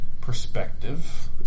perspective